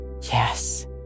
Yes